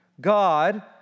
God